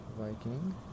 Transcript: viking